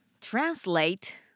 Translate